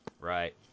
Right